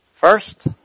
First